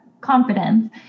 confidence